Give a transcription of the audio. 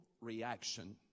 reaction